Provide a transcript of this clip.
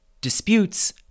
disputes